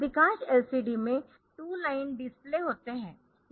अधिकांश LCD में 2 line display होते है